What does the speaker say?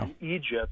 Egypt